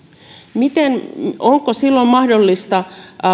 onko silloin mahdollista